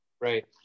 right